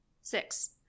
six